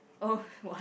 oh what